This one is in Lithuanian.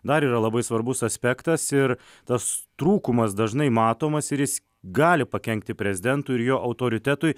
dar yra labai svarbus aspektas ir tas trūkumas dažnai matomas ir jis gali pakenkti prezidentui ir jo autoritetui